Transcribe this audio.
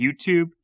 YouTube